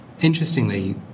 Interestingly